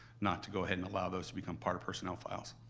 not to go ahead and allow those to become part of personnel files.